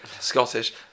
Scottish